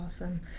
awesome